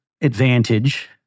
advantage